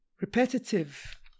repetitive